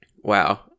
wow